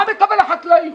מה מקבל החקלאי?